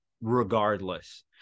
regardless